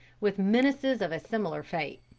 with menaces of a similar fate.